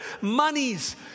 monies